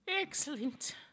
excellent